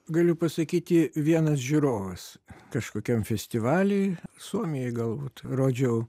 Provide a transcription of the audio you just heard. galiu pasakyti vienas žiūrovas kažkokiam festivaly suomijoj galbūt rodžiau